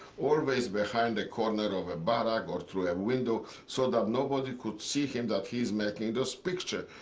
always behind the corner of a barrack or through a window, so that nobody could see him that he is making this picture.